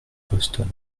boston